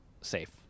safe